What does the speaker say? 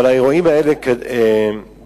אבל האירועים האלה באו